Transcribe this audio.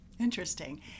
Interesting